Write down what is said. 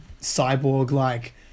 cyborg-like